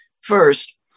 First